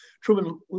Truman